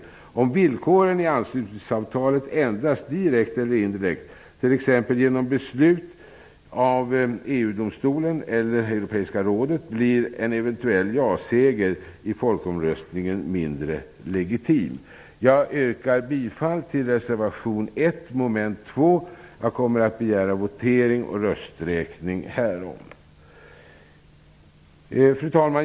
Om villkoren i anslutningsavtalet ändras direkt eller indirekt, t.ex. genom beslut av EU domstolen eller det europeiska rådet, blir en eventuell ja-seger i folkomröstningen mindre legitim. Jag yrkar bifall till reservation 1 beträffande mom. 2. Jag kommer att begära votering och rösträkning härom. Fru talman!